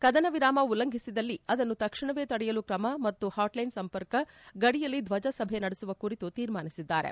ಕದನ ವಿರಾಮ ಉಲ್ಲಂಘಿಸಿದಲ್ಲಿ ಅದನ್ನು ತಕ್ಷಣವೇ ತಡೆಯಲು ತ್ರಮ ಮತ್ತು ಹಾಟ್ಲೈನ್ ಸಂಪರ್ಕ ಗಡಿಯಲ್ಲಿ ಧ್ವಜ ಸಭೆ ನಡೆಸುವ ಕುರಿತು ತೀರ್ಮಾನಿಸಿದ್ದಾರೆ